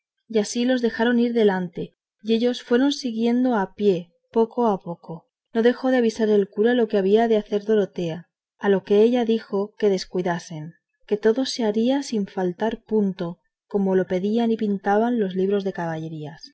y así los dejaron ir delante y ellos los fueron siguiendo a pie poco a poco no dejó de avisar el cura lo que había de hacer dorotea a lo que ella dijo que descuidasen que todo se haría sin faltar punto como lo pedían y pintaban los libros de caballerías